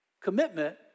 Commitment